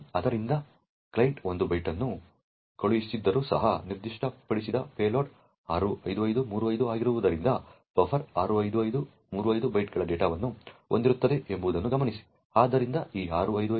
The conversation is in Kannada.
ಆದ್ದರಿಂದ ಕ್ಲೈಂಟ್ 1 ಬೈಟ್ ಅನ್ನು ಕಳುಹಿಸಿದ್ದರೂ ಸಹ ನಿರ್ದಿಷ್ಟಪಡಿಸಿದ ಪೇಲೋಡ್ 65535 ಆಗಿರುವುದರಿಂದ ಬಫರ್ 65535 ಬೈಟ್ಗಳ ಡೇಟಾವನ್ನು ಹೊಂದಿರುತ್ತದೆ ಎಂಬುದನ್ನು ಗಮನಿಸಿ